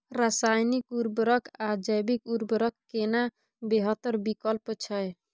रसायनिक उर्वरक आ जैविक उर्वरक केना बेहतर विकल्प छै?